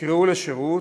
נקראו לשירות,